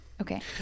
Okay